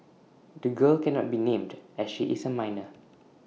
the girl cannot be named as she is A minor